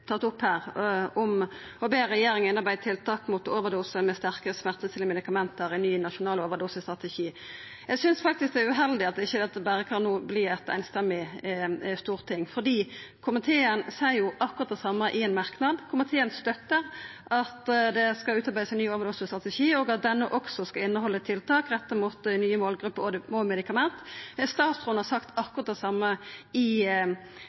opp her, om å be «regjeringen innarbeide tiltak mot overdoser med sterke smertestillende medikamenter i ny nasjonal overdosestrategi». Eg synest faktisk det er uheldig at dette ikkje berre kan verta eit samrøystes stortingsvedtak, for komiteen seier jo akkurat det same i ein merknad, der «komiteen støtter at det skal utarbeides en ny overdosestrategi, og at denne skal inneholde tiltak også rettet mot nye målgrupper og medikamenter». Statsråden har sagt akkurat det same i